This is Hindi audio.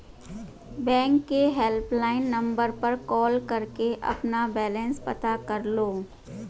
बैंक के हेल्पलाइन नंबर पर कॉल करके अपना बैलेंस पता कर लो